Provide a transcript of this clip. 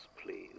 please